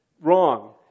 wrong